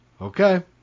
Okay